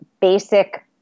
basic